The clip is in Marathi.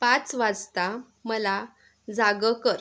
पाच वाजता मला जागं कर